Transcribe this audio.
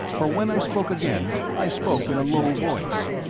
for when i spoke again, i spoke in a low voice.